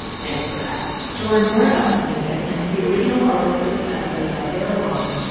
thanks for that to learn more about this music and see original artwork for this episode by sara wang,